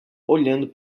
olhando